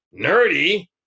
Nerdy